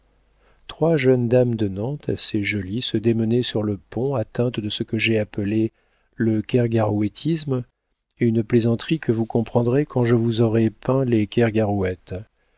trois jeunes dames de nantes assez jolies se démenaient sur le pont atteintes de ce que j'ai appelé le kergarouëtisme une plaisanterie que vous comprendrez quand je vous aurai peint les kergarouët